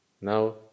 now